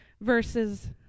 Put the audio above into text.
versus